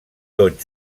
tot